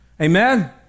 Amen